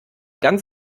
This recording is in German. ganz